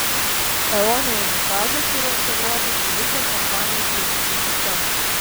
eone unitazas yra integruotas į visą kompanijos gaminių sistemą